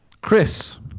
Chris